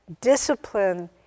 discipline